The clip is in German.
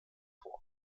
vor